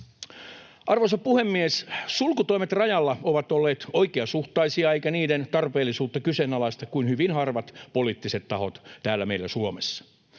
Arvoisa puhemies! Sulkutoimet rajalla ovat olleet oikeasuhtaisia, eivätkä niiden tarpeellisuutta kyseenalaista kuin hyvin harvat poliittiset tahot täällä meillä Suomessa.